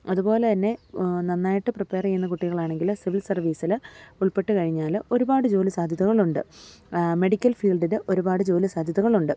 അതുപോലെ തന്നെ നന്നായിട്ട് പ്രിപ്പെയർ ചെയ്യുന്ന കുട്ടികളാണെങ്കിൽ സിവിൽ സർവീസിൽ ഉൾപ്പെട്ടു കഴിഞ്ഞാൽ ഒരുപാട് ജോലി സാദ്ധ്യതകളുണ്ട് മെഡിക്കൽ ഫീൽഡിൽ ഒരുപാട് ജോലി സാദ്ധ്യതകളുണ്ട്